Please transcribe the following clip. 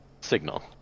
Signal